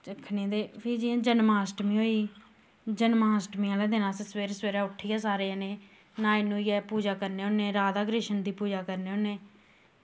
चक्खनी ते फ्ही जियां जन्माष्ठमी होई जन्माष्ठमी आह्लै दिन अस सवेरै सवेरै उट्ठियै सारे जने न्हाई न्हुईयै पूजा करने होने राधा कृष्ण दी पूजा करने होने